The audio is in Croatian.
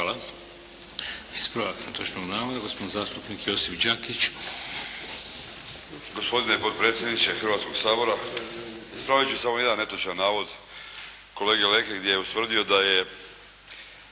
Hvala. Ispravak netočnog navoda gospodin Josip Đakić. **Đakić, Josip (HDZ)** Gospodine potpredsjedniče Hrvatskog sabora, ispravit ću samo jedan netočan navod kolege Leke gdje je ustvrdio da je